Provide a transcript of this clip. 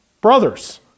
brothers